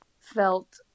felt